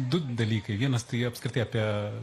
du dalykai vienas tai apskritai apie